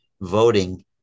voting